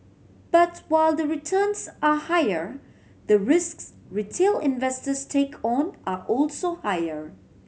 but while the returns are higher the risks retail investors take on are also higher